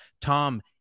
Tom